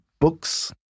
books